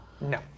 No